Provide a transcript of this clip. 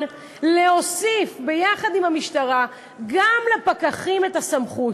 להוסיף ביחד עם המשטרה גם לפקחים את הסמכות,